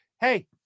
hey